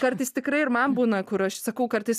kartais tikrai ir man būna kur aš sakau kartais